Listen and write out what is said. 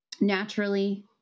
naturally